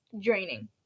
Draining